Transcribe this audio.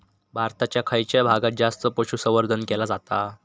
भारताच्या खयच्या भागात जास्त पशुसंवर्धन केला जाता?